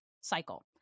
cycle